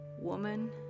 woman